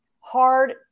hard